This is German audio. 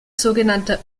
sogenannter